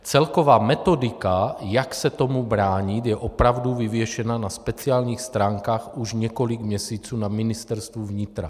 Celková metodika, jak se tomu bránit, je opravdu vyvěšena na speciálních stránkách už několik měsíců na Ministerstvu vnitra.